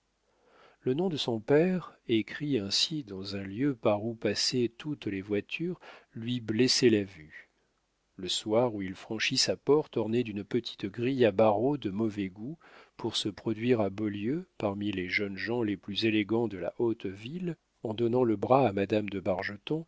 le nom de son père écrit ainsi dans un lieu par où passaient toutes les voitures lui blessait la vue le soir où il franchit sa porte ornée d'une petite grille à barreaux de mauvais goût pour se produire à beaulieu parmi les jeunes gens les plus élégants de la haute ville en donnant le bras à madame de